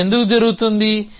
అది ఎందుకు జరుగుతుంది